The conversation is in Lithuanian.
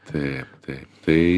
taip taip tai